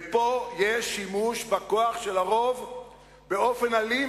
ופה יש שימוש בכוח של הרוב באופן אלים,